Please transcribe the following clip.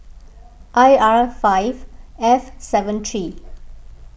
I R five F seven three